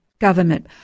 government